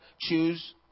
Choose